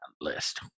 list